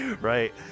Right